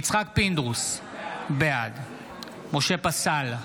יצחק פינדרוס, בעד משה פסל,